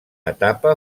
etapa